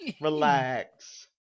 Relax